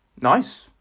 Nice